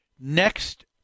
next